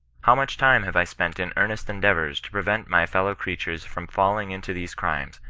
how much time have i spent in earnest endeavours to prevent my fellow-crea tures from falling into these crimes,